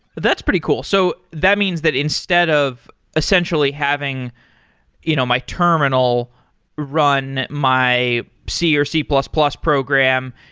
that's pretty cool. so that means that instead of essentially having you know my terminal run my c or c plus plus program,